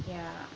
yeah